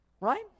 Right